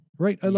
right